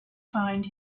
find